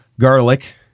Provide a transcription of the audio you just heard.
garlic